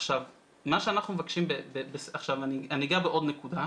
עכשיו אני אגע בעוד נקודה,